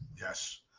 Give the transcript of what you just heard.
Yes